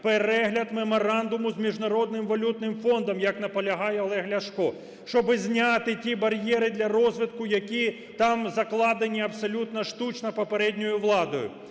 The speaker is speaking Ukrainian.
Перегляд меморандуму з Міжнародним валютним фондом, як наполягає Олег Ляшко, щоби зняти ті бар'єри для розвитку, які там закладені абсолютно штучно попередньою владою.